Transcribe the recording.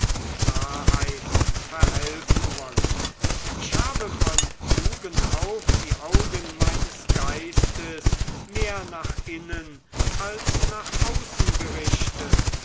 klarheit verhelfen wollen ich habe von jugend auf die augen meines geistes mehr nach innen als nach außen gerichtet